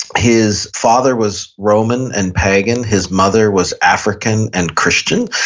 his father was roman and pagan. his mother was african and christian.